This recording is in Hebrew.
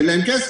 אין להם כסף.